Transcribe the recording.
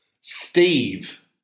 Steve